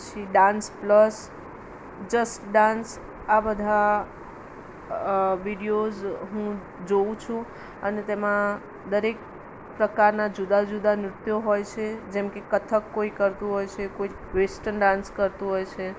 પછી dance plus just dance આ બધા વિડીઓઝ હું જોઉ છું અને તેમાં દરેક પ્રકારના જુદા જુદા નૃત્યો હોય છે જેમ કે કથક કોઈ કરતું હોય છે કોઈક વેસ્ટર્ન ડાન્સ કરતું હોય છે